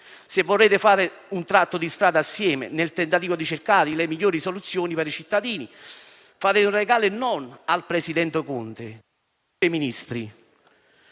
Se vorrete fare un tratto di strada assieme, nel tentativo di cercare le migliori soluzioni per i cittadini, farete un regalo non al presidente Conte o ai Ministri,